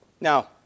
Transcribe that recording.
Now